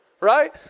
right